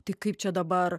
tik kaip čia dabar